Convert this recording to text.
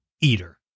Eater